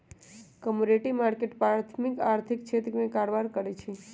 commodity market प्राथमिक आर्थिक क्षेत्र में कारबार करै छइ